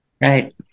right